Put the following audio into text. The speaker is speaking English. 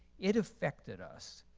it affected us.